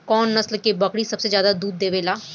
कउन नस्ल के बकरी सबसे ज्यादा दूध देवे लें?